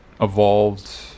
evolved